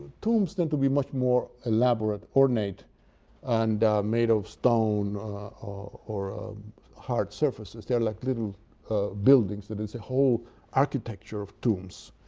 tombs tend to be much more elaborate, ornate and made of stone or hard surfaces. they are like little buildings there is a whole architecture of tombs.